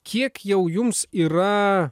kiek jau jums yra